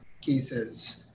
cases